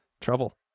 trouble